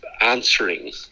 answering